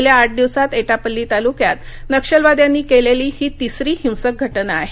गेल्या आठ दिवसांत एटापल्ली तालुक्यात नक्षलवाद्यांनी केलेली ही तिसरी हिंसक घटना आहे